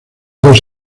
dos